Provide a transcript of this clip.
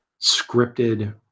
scripted